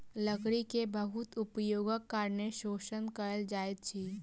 लकड़ी के बहुत उपयोगक कारणें शोषण कयल जाइत अछि